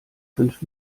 fünf